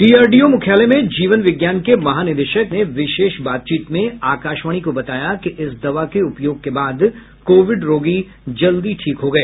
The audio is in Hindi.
डीआरडीओ मुख्यालय में जीवन विज्ञान के महानिदेशक डॉक्टर अजय कुमार सिंह ने विशेष बातचीत में आकाशवाणी को बताया कि इस दवा के उपयोग के बाद कोविड रोगी जल्दी ठीक हो गए